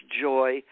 joy